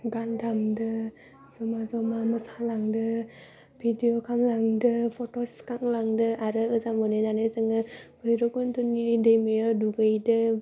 गान दामदो जमा जमा मोसालांदो भिदिअ खालामदों फट'स सुखां लांदों आरो ओजों मोनहैनानै जोङो भैरबकुन्द'नि दैमायाव दुगैदों